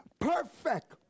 perfect